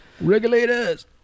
Regulators